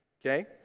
okay